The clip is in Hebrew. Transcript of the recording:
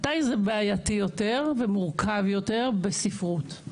מתי זה בעייתי יותר ומורכב יותר בספרות,